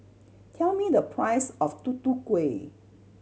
tell me the price of Tutu Kueh